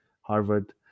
Harvard